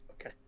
Okay